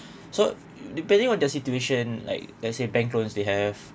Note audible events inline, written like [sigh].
[breath] so depending on the situation like let's say bank loans they have